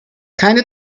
keine